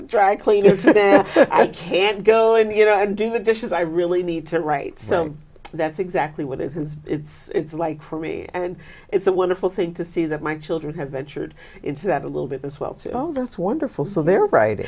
the dry cleaners i can't go in you know and do the dishes i really need to right so that's exactly what it has it's like for me and it's a wonderful thing to see that my children have ventured into that a little bit as well to oh that's wonderful so they're bright